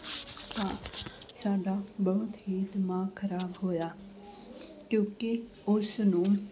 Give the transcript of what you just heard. ਤਾਂ ਸਾਡਾ ਬਹੁਤ ਹੀ ਦਿਮਾਗ ਖ਼ਰਾਬ ਹੋਇਆ ਕਿਉਂਕਿ ਉਸ ਨੂੰ